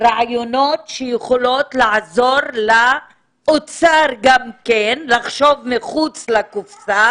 רעיונות שיכולים לעזור גם לאוצר לחשוב מחוץ לקופסא